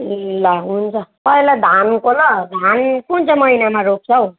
ए ल हुन्छ पहिला धानको ल धान कुन चाहिँ महिनामा रोप्छ हौ